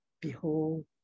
Behold